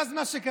ואז מה קרה?